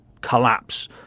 collapse